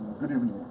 good evening,